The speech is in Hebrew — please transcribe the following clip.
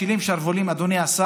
כי משרד הפנים מקבל את הסמכויות,